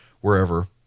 wherever